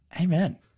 Amen